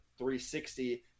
360